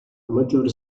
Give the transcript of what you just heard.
maggiore